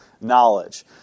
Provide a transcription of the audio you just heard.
knowledge